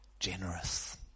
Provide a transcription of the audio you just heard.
generous